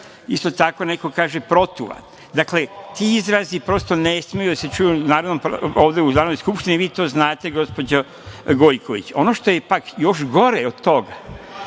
Isto tako, neko kaže – protuva. Dakle, ti izrazi prosto ne smeju da se čuju ovde u Narodnoj skupštini i vi to znate, gospođo Gojković. Ono što je još gore od toga,